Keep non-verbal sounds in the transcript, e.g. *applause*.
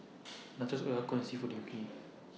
*noise* Nachos Okayu Seafood Linguine